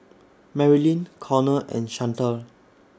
Marylin Cornel and Chantal